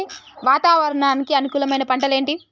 వాతావరణానికి అనుకూలమైన పంటలు ఏంటి?